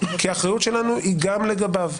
כי האחריות שלנו היא גם לגביו.